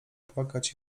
płakać